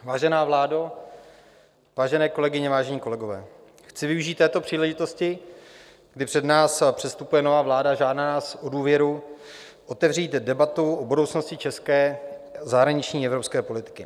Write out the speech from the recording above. Vážená vládo, vážené kolegyně, vážení kolegové, chci využít této příležitosti, kdy před nás přestupuje nová vláda a žádá nás důvěru, otevřít debatu o budoucnosti české zahraniční evropské politiky.